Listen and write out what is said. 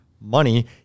money